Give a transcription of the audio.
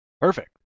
Perfect